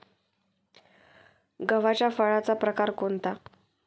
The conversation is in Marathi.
गव्हाच्या फळाचा प्रकार कोणता?